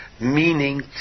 meaning